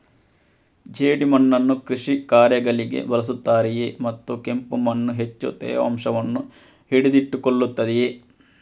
ಜೇಡಿಮಣ್ಣನ್ನು ಕೃಷಿ ಕಾರ್ಯಗಳಿಗೆ ಬಳಸುತ್ತಾರೆಯೇ ಮತ್ತು ಕೆಂಪು ಮಣ್ಣು ಹೆಚ್ಚು ತೇವಾಂಶವನ್ನು ಹಿಡಿದಿಟ್ಟುಕೊಳ್ಳುತ್ತದೆಯೇ?